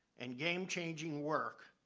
and game-changing work,